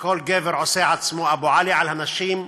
שכל גבר עושה עצמו "אבו עלי" על הנשים,